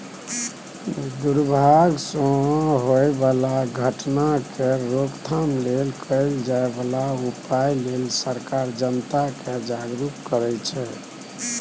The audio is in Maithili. दुर्भाग सँ होए बला घटना केर रोकथाम लेल कएल जाए बला उपाए लेल सरकार जनता केँ जागरुक करै छै